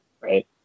right